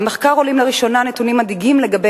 מהמחקר עולים לראשונה נתונים מדאיגים לגבי